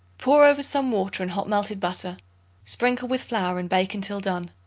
pour over some water and hot melted butter sprinkle with flour and bake until done.